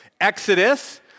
Exodus